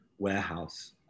warehouse